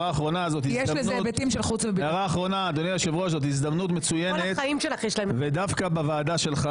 זאת הזדמנות מצוינת ודווקא בוועדה שלך